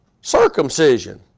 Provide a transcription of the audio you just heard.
circumcision